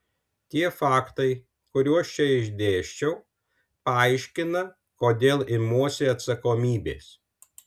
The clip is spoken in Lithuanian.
tie faktai kuriuos čia išdėsčiau paaiškina kodėl imuosi atsakomybės